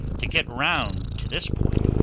to get round to this point,